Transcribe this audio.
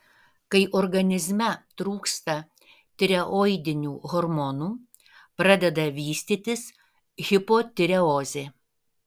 kai organizme trūksta tireoidinių hormonų pradeda vystytis hipotireozė